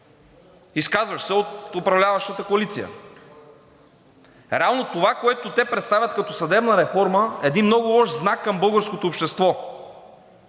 изказващ се от управляващата коалиция. Реално това, което те представят като съдебна реформа, е един много лош знак към българското общество.